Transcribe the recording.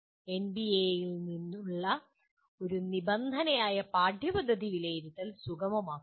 എൻബിഎയിൽ നിന്നുള്ള ഒരു നിബന്ധനയായ പാഠ്യപദ്ധതി വിലയിരുത്തൽ സുഗമമാക്കുന്നു